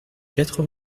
quatre